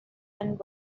and